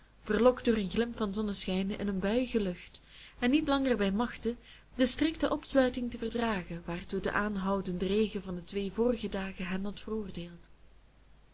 verlokt door een glimp van zonneschijn in een buiïge lucht en niet langer bij machte de strikte opsluiting te verdragen waartoe de aanhoudende regen van de twee vorige dagen hen had veroordeeld